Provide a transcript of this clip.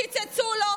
קיצצו לו,